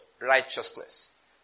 Righteousness